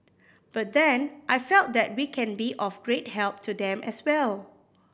but then I felt that we can be of great help to them as well